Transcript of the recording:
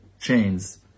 chains